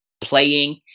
playing